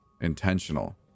intentional